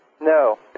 No